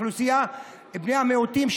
על בני המיעוטים,